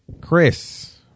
chris